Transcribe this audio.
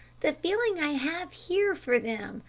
the feeling i have here for them.